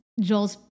Joel's